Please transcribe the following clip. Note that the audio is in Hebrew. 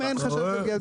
אם אין חשש לפגיעה.